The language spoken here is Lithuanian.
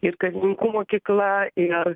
ir karininkų mokykla ir